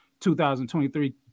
2023